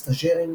סטאג׳רים,